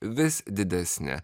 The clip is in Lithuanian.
vis didesni